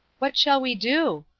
what shall we do?